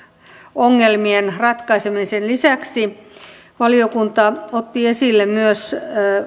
ongelmien ratkaisemisen lisäksi valiokunta otti esille myös